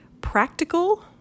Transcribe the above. practical